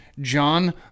John